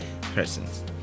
persons